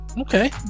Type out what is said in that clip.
Okay